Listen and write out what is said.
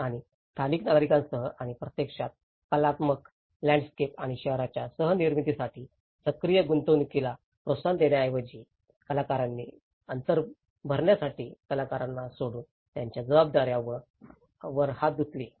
आणि स्थानिक नागरिकांसह आणि प्रत्यक्षात कलात्मक लँडस्केप आणि शहराच्या सह निर्मितीसाठी सक्रिय गुंतवणूकीला प्रोत्साहन देण्याऐवजी कलाकारांनी अंतर भरण्यासाठी कलाकारांना सोडून त्यांच्या जबाबदाऱ्या वर हात धुतले